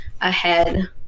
ahead